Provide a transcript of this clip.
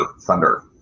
thunder